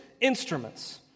instruments